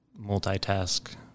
multitask